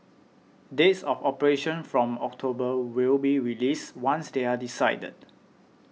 dates of operation from October will be released once they are decided